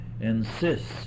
insists